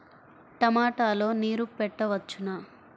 టమాట లో నీరు పెట్టవచ్చునా?